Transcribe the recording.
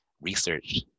research